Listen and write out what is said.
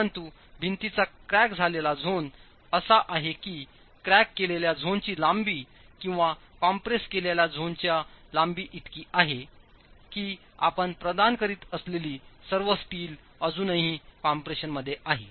परंतु भिंतीचा क्रॅक केलेला झोन असा आहे की क्रॅक केलेल्या झोनची लांबी किंवा कॉम्प्रेस केलेल्या झोनची लांबी इतकी आहे की आपण प्रदान करीत असलेली सर्व स्टील अजूनही कम्प्रेशनमध्ये आहे